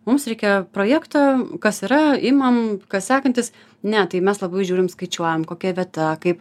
mums reikia projekto kas yra imam kas sekantis ne tai mes labai žiūrim skaičiuojam kokia vieta kaip